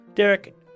Derek